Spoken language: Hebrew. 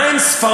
מה הן ספרות.